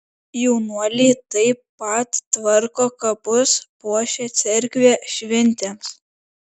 jaunuoliai taip pat tvarko kapus puošia cerkvę šventėms